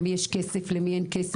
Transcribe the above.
למי יש כסף למי אין כסף,